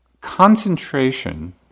concentration